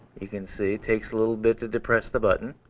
you can see it takes a little bit to depress the button.